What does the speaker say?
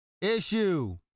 issue